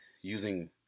using